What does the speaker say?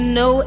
no